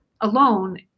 alone